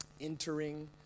Entering